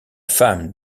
femme